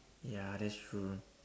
ya that's true